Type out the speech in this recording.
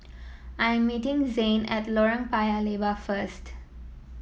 I am meeting Zain at Lorong Paya Lebar first